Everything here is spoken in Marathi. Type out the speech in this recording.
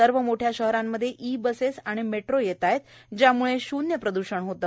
सर्व मोठ्या शहरांमध्ये ई बस आणि मेट्रो येत आहेत ज्याम्ळे शून्य प्रदूषण होते